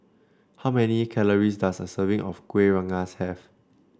how many calories does a serving of Kueh Rengas have